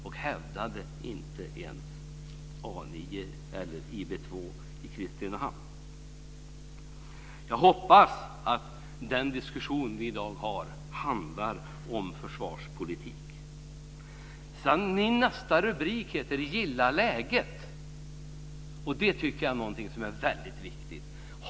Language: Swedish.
Jag hävdade därför inte ens IB 2 i Kristinehamn. Jag hoppas att den diskussion som vi för i dag handlar om försvarspolitik. Min nästa rubrik är Gilla läget. Det tycker jag är någonting som är väldigt viktigt.